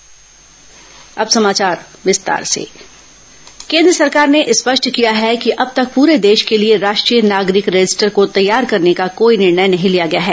NRC केन्द्र जवाब केन्द्र सरकार ने स्पष्ट किया है कि अब तक पूरे देश के लिए राष्ट्रीय नागरिक रजिस्टर को तैयार करने का कोई निर्णय नहीं लिया गया है